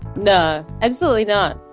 no absolutely not.